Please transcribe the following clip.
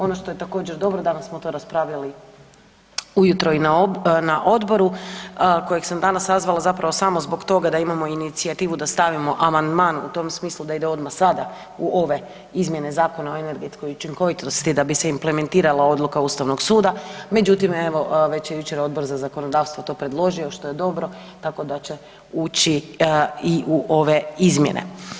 Ono što je također dobro, danas smo to raspravljali ujutro i na odboru kojeg sam danas sazvala zapravo samo zbog toga da imamo inicijativu da stavimo amandman u tom smislu da ide odmah sada u ove izmjene Zakona o energetskoj učinkovitosti da bi se implementirala odluka Ustavnog suda, međutim evo već je jučer Odbor za zakonodavstvo to predložio, što je dobro tako da će uči i u ove izmjene.